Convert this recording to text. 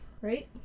right